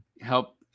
help